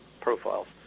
profiles